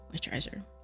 moisturizer